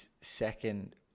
second